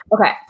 Okay